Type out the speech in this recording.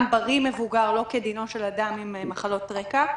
בריא מבוגר לא כדינו של אדם עם מחלות רקע.